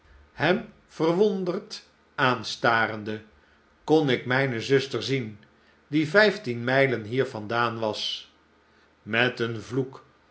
hem verwonderd aanstarende kon ik mijne zuster zien die vijftien niijlen hier vandaan was met een vloek